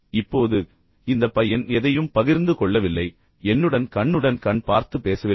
இப்போது இந்த பையன் எதையும் பகிர்ந்து கொள்ளவில்லை என்னுடன் கண்ணுடன் கண் பார்த்து பேசவில்லை